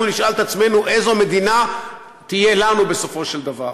נשאל את עצמנו איזו מדינה תהיה לנו בסופו של דבר.